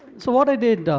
so what i did,